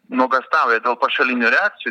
nuogąstauja dėl pašalinių reakcijų